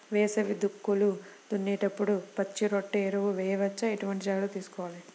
వేసవి దుక్కులు దున్నేప్పుడు పచ్చిరొట్ట ఎరువు వేయవచ్చా? ఎటువంటి జాగ్రత్తలు తీసుకోవాలి?